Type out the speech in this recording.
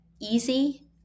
easy